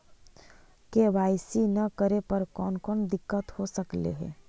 KYC न करे पर कौन कौन दिक्कत हो सकले हे?